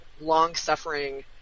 long-suffering